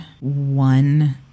one